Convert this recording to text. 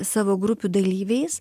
savo grupių dalyviais